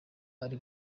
ari